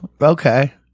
okay